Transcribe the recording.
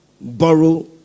borrow